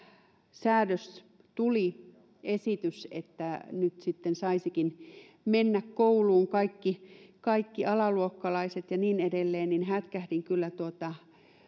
säädös tuli esitys että nyt saisivatkin mennä kouluun kaikki kaikki alaluokkalaiset ja niin edelleen niin hätkähdin kyllä tuota